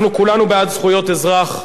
אנחנו כולנו בעד זכויות אזרח,